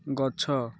ଗଛ